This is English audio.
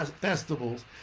festivals